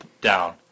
down